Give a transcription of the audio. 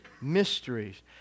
Mysteries